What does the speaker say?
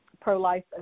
pro-life